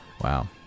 Wow